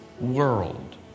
world